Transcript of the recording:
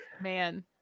Man